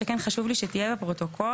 שכן חשוב לי שתהיה לפרוטוקול.